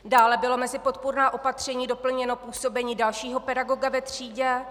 Dále bylo mezi podpůrná opatření doplněno působení dalšího pedagoga ve třídě.